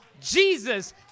Jesus